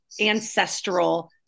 ancestral